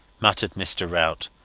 muttered mr. rout.